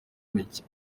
micye